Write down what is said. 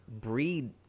breed